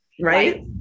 Right